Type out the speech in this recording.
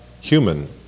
human